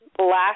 Last